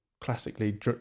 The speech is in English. classically